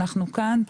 אנחנו כאן.